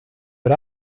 but